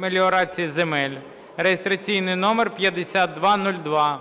меліорації земель (реєстраційний номер 5202).